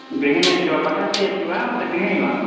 गृहिणी अस्ति वा पठन्ती अस्ति वा उत गृहिणी वा